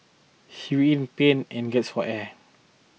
he writhed in pain and gasped for air